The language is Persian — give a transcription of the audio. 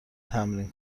تمرین